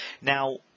Now